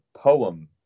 Poem